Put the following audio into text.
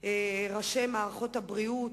ראשי מערכות הבריאות,